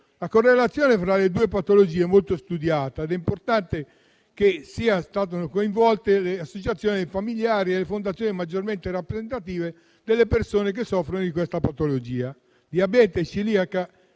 La correlazione tra le due patologie è molto studiata ed è importante che siano coinvolte le associazioni dei familiari e le fondazioni maggiormente rappresentative delle persone che ne soffrono. Diabete e celiachia